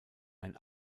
ein